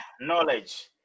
knowledge